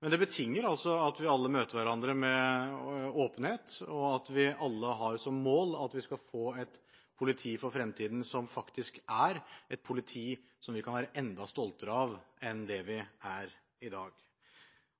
men det betinger at vi alle møter hverandre med åpenhet, og at vi alle har som mål at vi skal få et politi for fremtiden som faktisk er et politi som vi kan være enda stoltere av enn det vi er i dag.